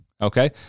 okay